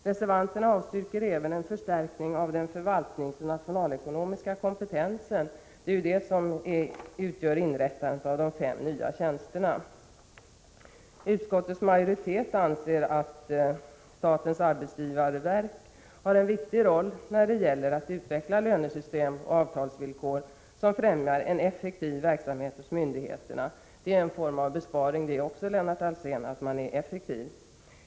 Reservanterna avstyrker även inrättandet av fem nya tjänster som förstärkning av den förvaltningsoch nationalekonomiska kompetensen. Utskottets majoritet anser att statens arbetsgivarverk har en viktig roll när det gäller att utveckla lönesystem och avtalsvillkor som främjar en effektiv verksamhet hos myndigheterna. Att man är effektiv innebär också det en form av besparing, Lennart Alsén.